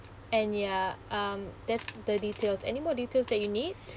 and ya um that's the details anymore details that you need